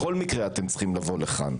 ממילא אתם צריכים לבוא לכאן.